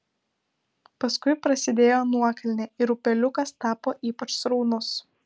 paskui prasidėjo nuokalnė ir upeliukas tapo ypač sraunus